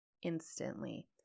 instantly